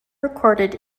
recorded